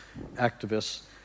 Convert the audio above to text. activists